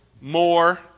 more